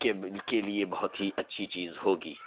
کے کے لیے بہت ہی اچھی چیز ہوگی